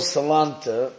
Salanta